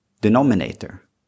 denominator